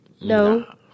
No